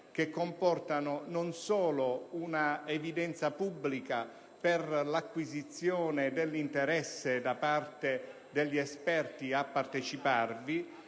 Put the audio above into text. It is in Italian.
solo comportano una evidenza pubblica per l'acquisizione dell'interesse degli esperti a parteciparvi